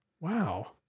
Wow